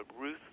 Ruth